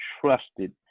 trusted